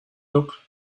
look